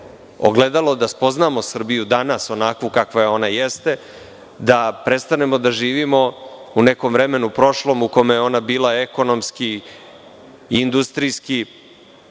ogledalo, da spoznamo Srbiju onakvu kakva ona jeste, da prestanemo da živimo u nekom prošlom vremenu u kome je ona bila ekonomski, industrijski,